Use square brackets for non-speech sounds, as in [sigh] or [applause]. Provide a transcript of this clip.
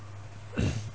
[coughs]